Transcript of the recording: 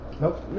Nope